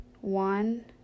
one